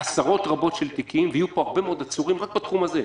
עשרות רבות של תיקים ויהיו פה הרבה מאוד עצורים בתחום הזה.